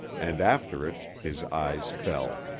and after it, his eyes fell.